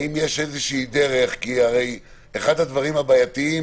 כי הרי אחד הדברים הבעייתיים